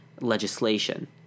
legislation